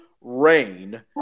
Rain